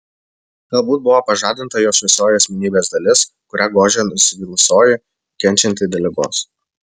galbūt buvo pažadinta jos šviesioji asmenybės dalis kurią gožė nusivylusioji kenčianti dėl ligos